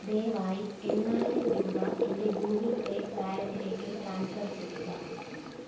ദയവായി എണ്ണായിരം രൂപ എൻ്റെ ഗൂഗിൾ പേ വാലറ്റിലേക്ക് ട്രാൻസ്ഫർ ചെയ്യുക